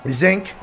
zinc